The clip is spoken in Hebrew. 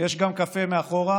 יש גם קפה מאחור.